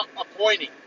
appointing